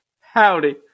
Howdy